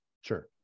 Sure